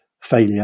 failure